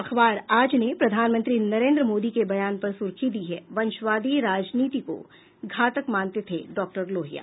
अखबार आज ने प्रधानमंत्री नरेन्द्र मोदी के बयान पर सूर्खी दी है वंशवादी राजनीतिक को घातक मानते थे डॉक्टर लोहिया